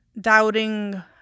doubting